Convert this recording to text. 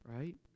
right